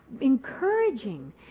encouraging